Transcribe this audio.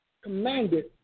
Commanded